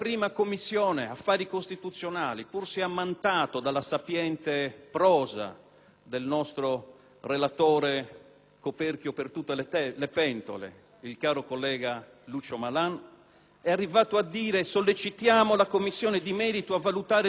del nostro relatore, coperchio per tutte le pentole, il caro collega Lucio Malan, è arrivato a dire di sollecitare la Commissione di merito a valutare l'impatto che l'emendamento potrebbe determinare sul buon funzionamento della giustizia amministrativa,